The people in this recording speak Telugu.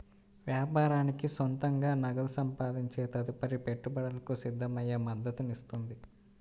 వ్యాపారానికి సొంతంగా నగదు సంపాదించే తదుపరి పెట్టుబడులకు సిద్ధమయ్యే మద్దతునిస్తుంది